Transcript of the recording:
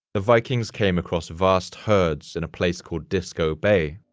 the vikings came across vast herds in a place called disko bay,